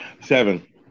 Seven